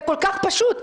זה כל כך פשוט.